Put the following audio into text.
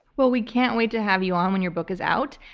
well, we can't wait to have you on when your book is out.